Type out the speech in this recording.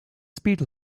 speed